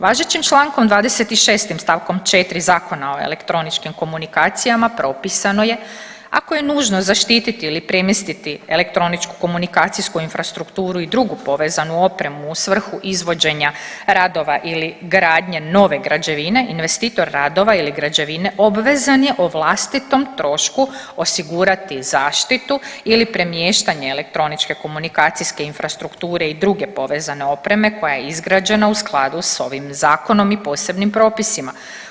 Važećim člankom 26. stavkom 4. Zakona o elektroničkim komunikacijama propisano je ako je nužno zaštititi ili premjestiti elektroničku komunikacijsku infrastrukturu i drugu povezanu opremu u svrhu izvođenja radova ili gradnje nove građevine investitor radova ili građevine obvezan je o vlastitom trošku osigurati zaštitu ili premještanje elektroničke komunikacijske infrastrukture i druge povezane opreme koja je izgrađena u skladu sa ovim zakonom i posebnim propisima.